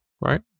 right